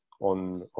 on